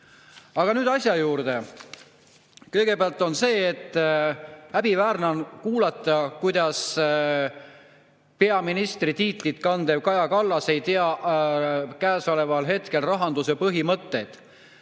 Aga nüüd asja juurde. Kõigepealt, häbiväärne on kuulata, kuidas peaministri tiitlit kandev Kaja Kallas ei tea käesoleval hetkel rahanduse põhimõtteid.